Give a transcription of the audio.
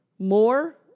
More